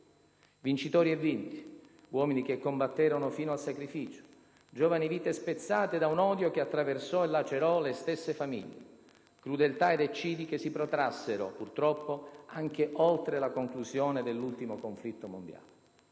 Vincitori e vinti; uomini che combatterono fino al sacrificio; giovani vite spezzate da un odio che attraversò e lacerò le stesse famiglie; crudeltà ed eccidi che si protrassero, purtroppo, anche oltre la conclusione dell'ultimo conflitto mondiale.